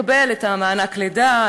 צריכות לקבל את מענק הלידה,